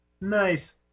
Nice